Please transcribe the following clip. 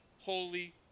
holy